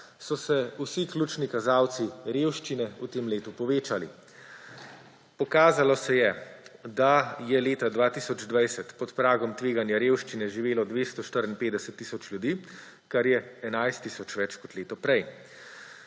so se vsi ključni kazalci revščine v tem letu povečali. Pokazalo se je, da je leta 2020 pod pragom tveganja revščine živelo 254 tisoč ljudi, kar je 11 tisoč več kot leto prej.